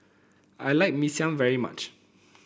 I like Mee Siam very much